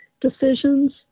decisions